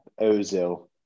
Ozil